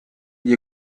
gli